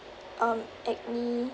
um acne